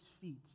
feet